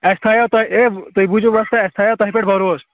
اَسہِ تھایو تۄہہِ تُہۍ بوٗزِو وۄستا اَسہِ تھایَو تۄہہِ پٮ۪ٹھ بَروس